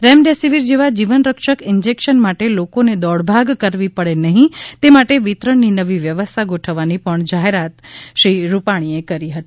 remdesivir જેવા જીવન રક્ષક ઈંજેકશન માટે લોકોને દોડભાગ કરવી પડે નહીં તે માટે વિતરણની નવી વ્યવસ્થા ગોઠવાની પણ જાહેરાત પણ શ્રી રૂપાણીએ કરી હતી